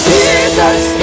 Jesus